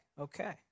Okay